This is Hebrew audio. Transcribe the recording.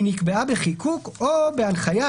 היא נקבעה בחיקוק או בהנחיה,